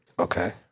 Okay